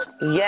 Yes